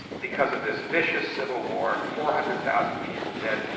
because of this vicious civil war, four hundred thousand people dead.